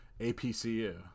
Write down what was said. APCU